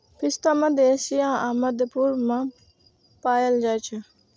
पिस्ता मध्य एशिया आ मध्य पूर्व मे पाएल जाइ छै